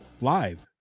live